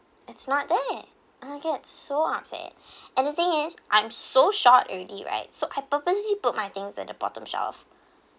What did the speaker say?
it's not there I get so upset and the thing is I'm so shock already right so I purposely put my things at the bottom shelf